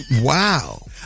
Wow